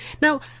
Now